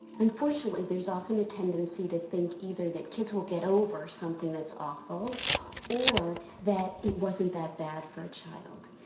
unfortunately there is often a tendency to think either that kids will get over something that's awful or that it wasn't that bad for a child.